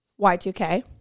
y2k